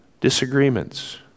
Disagreements